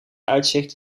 uitzicht